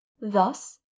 Thus